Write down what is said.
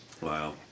Wow